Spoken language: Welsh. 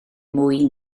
mwy